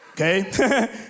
Okay